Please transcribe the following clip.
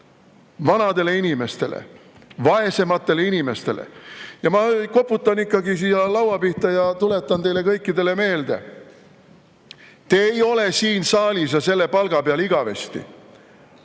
vanadele inimestele, vaesematele inimestele. Ma koputan ikkagi siia laua pihta ja tuletan teile kõikidele meelde: te ei ole siin saalis ja selle palga peal igavesti.